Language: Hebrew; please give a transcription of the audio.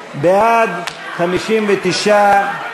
בעד 59,